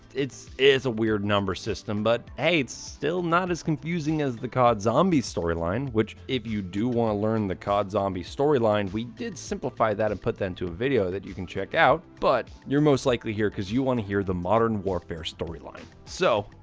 it's, it is a weird number system but hey it's still not as confusing as the cod zombie storyline, which if you do want to learn the cod zombie storyline, we did simplify that and put that into a video you can check out, but you're most likely here cause you want to hear the modern warfare storyline. so,